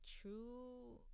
true